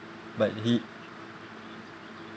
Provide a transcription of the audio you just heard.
but he